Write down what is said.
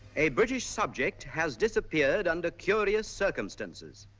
a british subject has disappeared under curious circumstances.